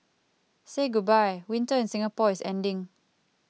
say goodbye winter in Singapore is ending